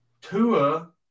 Tua